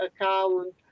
account